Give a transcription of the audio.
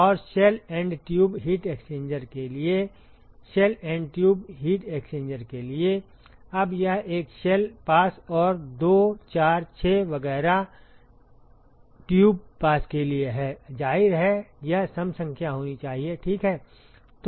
और shell and tube heat exchangers के लिए shell and tube heat exchanger के लिए अब यह एक शेल पास और 2 4 6 वगैरह ट्यूब पास के लिए है जाहिर है यह सम संख्या होनी चाहिए ठीक है